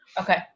Okay